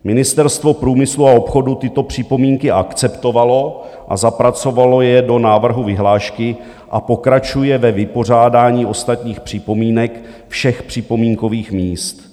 Ministerstvo průmyslu a obchodu tyto připomínky akceptovalo, zapracovalo je do návrhu vyhlášky a pokračuje ve vypořádání ostatních připomínek všech připomínkových míst.